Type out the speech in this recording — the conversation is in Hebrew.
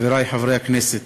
חברי חברי הכנסת,